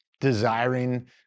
desiring